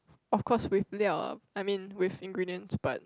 of course with ah I mean with ingredients but